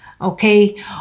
okay